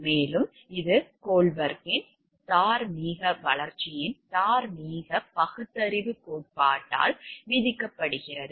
மேலும் இது கோல்பெர்க்கின் தார்மீக வளர்ச்சியின் தார்மீக பகுத்தறிவு கோட்பாட்டால் விவாதிக்கப்படுகிறது